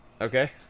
Okay